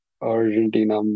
Argentina